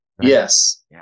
yes